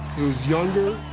who's younger,